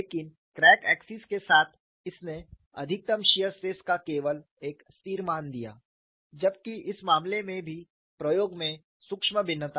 लेकिन crack axis के साथ इसने अधिकतम शियर स्ट्रेस का केवल एक स्थिर मान दिया जबकि इस मामले में भी प्रयोग में सूक्ष्म भिन्नता है